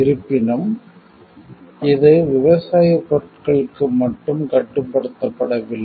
இருப்பினும் இது விவசாயப் பொருட்களுக்கு மட்டும் கட்டுப்படுத்தப்படவில்லை